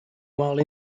while